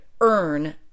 earn